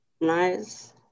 Nice